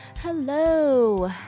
Hello